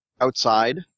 outside